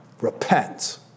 Repent